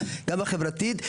גם החברתית,